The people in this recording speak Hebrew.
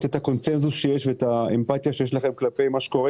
את הקונצנזוס ואת האמפתיה שיש לכם כלפי מה שקורה